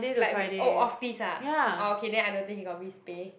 like oh office ah oh okay then I don't think he got risk pay